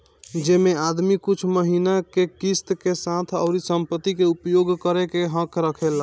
जेमे आदमी कुछ महिना के किस्त के साथ उ संपत्ति के उपयोग करे के हक रखेला